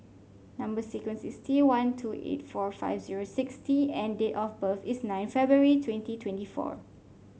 number sequence is T one two eight four five zero six T and date of birth is nine February twenty twenty four